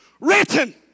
written